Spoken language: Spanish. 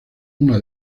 una